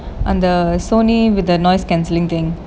அந்த:antha Sony with a noise cancelling thing